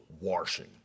washing